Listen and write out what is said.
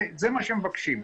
זה מה שהם מבקשים.